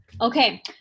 Okay